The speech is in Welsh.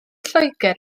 lloegr